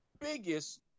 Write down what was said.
biggest